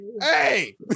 Hey